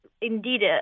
indeed